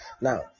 Now